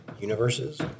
universes